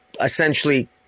essentially